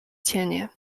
cienie